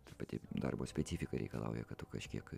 ta pati darbo specifika reikalauja kad tu kažkiek